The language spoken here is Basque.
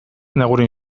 negurin